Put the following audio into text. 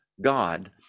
God